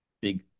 big